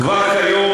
כבר כיום,